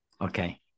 okay